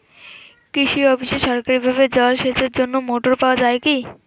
কৃষি অফিসে সরকারিভাবে জল সেচের জন্য মোটর পাওয়া যায় কি?